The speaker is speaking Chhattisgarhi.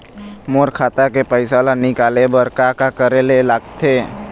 मोर खाता के पैसा ला निकाले बर का का करे ले लगथे?